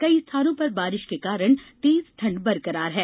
कई स्थानों पर बारिश के कारण तेज ठंड बरकरार है